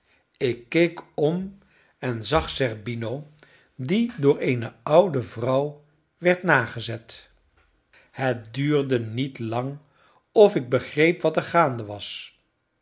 ik keek om en zag zerbino die door eene oude vrouw werd nagezet het duurde niet lang of ik begreep wat er gaande was